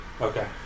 Okay